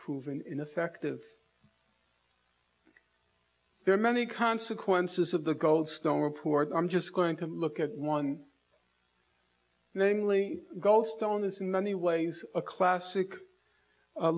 proven ineffective there are many consequences of the goldstone report i'm just going to look at one namely goldstone is in many ways a classic